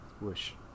Wish